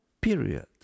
period